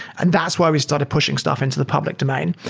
and that's why we started pushing stuff into the public domain,